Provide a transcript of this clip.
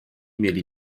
mieli